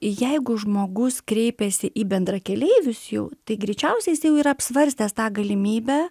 jeigu žmogus kreipiasi į bendrakeleivius jau tai greičiausiai jis jau yra apsvarstęs tą galimybę